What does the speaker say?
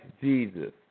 Jesus